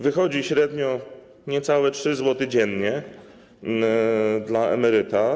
Wychodzi średnio niecałe 3 zł dziennie dla emeryta.